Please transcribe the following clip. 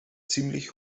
ziemlich